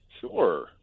Sure